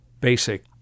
basic